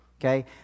Okay